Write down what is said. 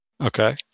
Okay